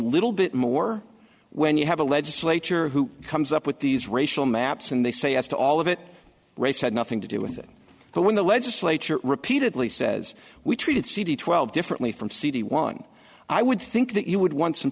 little bit more when you have a legislature who comes up with these racial maps and they say yes to all of it race had nothing to do with it but when the legislature repeatedly says we treated cd twelve differently from cd one i would think that you would want some